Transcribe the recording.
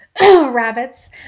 rabbits